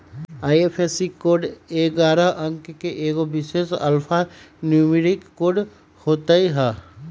IFSC code ऐगारह अंक के एगो विशेष अल्फान्यूमैरिक कोड होइत हइ